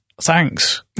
thanks